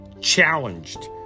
challenged